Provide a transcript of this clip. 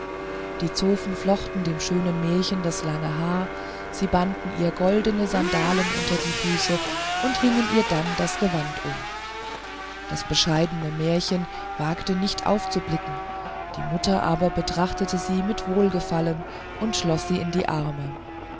die zofen flochten dem schönen märchen das lange haar sie banden ihr goldene sandalen unter die füße und hingen ihr dann das gewand um das bescheidene märchen wagte nicht aufzublicken die mutter aber betrachtete sie mit wohlgefallen und schloß sie in ihre arme